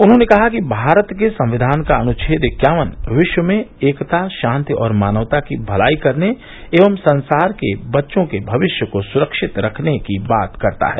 उन्होंने कहा कि भारत के संविधान का अनुच्छेद इक्यावन विश्व में एकता शांति और मानवता की भलाई करने एवं संसार के बच्चों के भविष्य को सुरक्षित रखने की बात करता है